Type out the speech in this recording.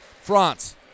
France